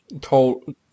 told